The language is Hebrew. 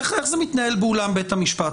איך זה מתנהל באולם בית המשפט?